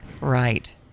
Right